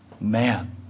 man